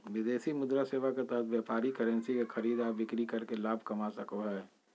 विदेशी मुद्रा सेवा के तहत व्यापारी करेंसी के खरीद आर बिक्री करके लाभ कमा सको हय